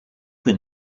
can